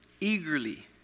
Eagerly